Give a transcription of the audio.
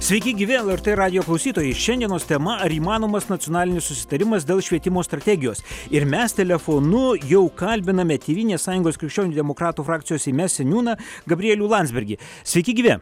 sveiki gyvi lrt radijo klausytojai šiandienos tema ar įmanomas nacionalinis susitarimas dėl švietimo strategijos ir mes telefonu jau kalbiname tėvynės sąjungos krikščionių demokratų frakcijos seime seniūną gabrielių landsbergį sveiki gyvi